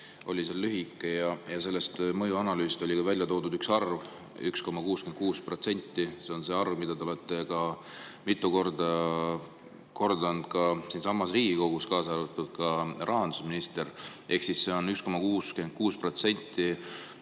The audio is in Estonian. seal lühike. Selles mõjuanalüüsis oli ka välja toodud üks arv, 1,66%. See on see arv, mida te olete mitu korda korranud ka siinsamas Riigikogus, kaasa arvatud rahandusminister. Ehk siis 1,66%